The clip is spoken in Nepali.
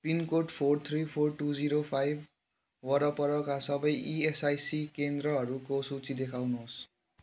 pin code four three four two zero five वरपरका सबै इएसआइसी केन्द्रहरूको सूची देखाउनुहोस्